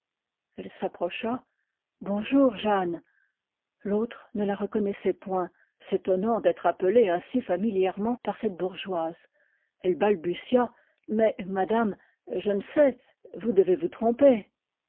elle s'approcha bonjour jeanne l'autre ne la reconnaissait point s'étonnant d'être appelée ainsi familièrement par cette bourgeoise elle balbutia mais madame je ne sais vous devez vous tromper